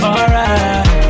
Alright